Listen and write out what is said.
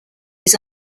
his